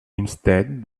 instead